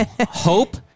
Hope